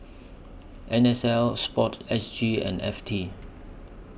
N S L Sport S G and F T